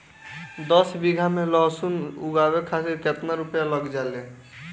दस बीघा में लहसुन उगावे खातिर केतना रुपया लग जाले?